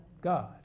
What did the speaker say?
God